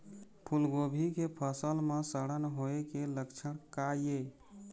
फूलगोभी के फसल म सड़न होय के लक्षण का ये?